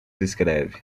escreve